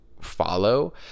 follow